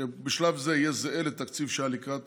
שבשלב זה יהיה זהה לתקציב שהיה לקראת